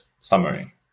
summary